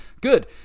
good